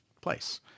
place